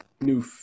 new